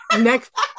next